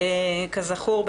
כזכור,